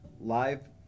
live